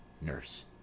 Nurse